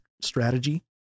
strategy